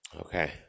okay